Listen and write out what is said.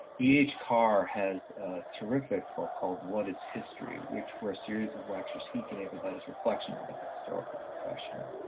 e h. carr has a terrific book called what is history, which were a series of lectures he gave about his reflections about the historical profession.